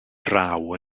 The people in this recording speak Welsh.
raw